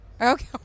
Okay